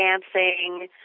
dancing